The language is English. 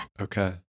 Okay